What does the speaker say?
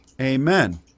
Amen